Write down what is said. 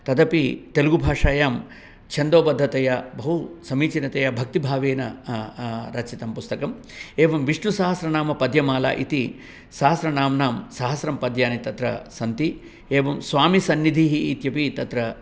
तदपि तेलुगुभाषायां छन्दोबद्धतया बहु समीचीनतया भक्तिभावेन रचितं पुस्तकम् एवं विष्णुसहस्रनामपद्यमाला इति सहस्रनाम्नां सहस्रं पद्यानि तत्र सन्ति एवं स्वामी सन्निधिः इत्यपि तत्र